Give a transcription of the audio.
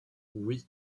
oui